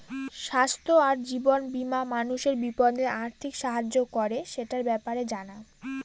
স্বাস্থ্য আর জীবন বীমা মানুষের বিপদে আর্থিক সাহায্য করে, সেটার ব্যাপারে জানা